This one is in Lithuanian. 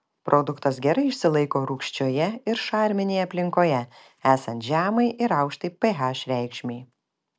produktas gerai išsilaiko rūgščioje ir šarminėje aplinkoje esant žemai ir aukštai ph reikšmei